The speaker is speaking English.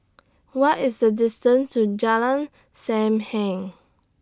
What IS The distance to Jalan SAM Heng